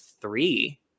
three